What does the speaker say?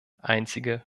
einzige